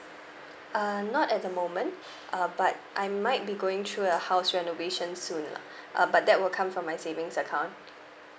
uh not at the moment uh but I might be going through a house renovation soon ah uh but that will come from my savings account